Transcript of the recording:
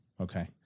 Okay